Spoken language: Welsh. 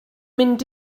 mynd